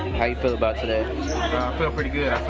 how you feel about today? i feel pretty good.